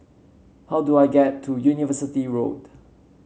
how do I get to University Road